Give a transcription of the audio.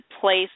place